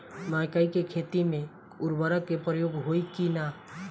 मकई के खेती में उर्वरक के प्रयोग होई की ना?